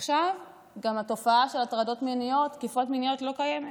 עכשיו גם התופעה של הטרדות ותקיפות מיניות לא קיימת.